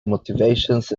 motivations